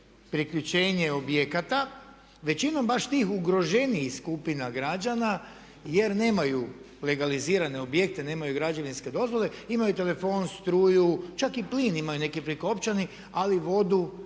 priključenje objekata većinom baš tih ugroženijih skupina građana jer nemaju legalizirane objekte, nemaju građevinske dozvole. Imaju telefon, struju, čak i plin imaju neki prikopčani ali vodu si